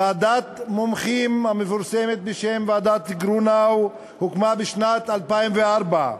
ועדת המומחים המפורסמת בשם ועדת גרונאו הוקמה בשנת 2004,